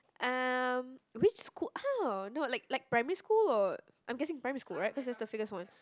um which school ah not like like primary school or I'm guessing primary school right cause that's the one